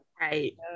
Right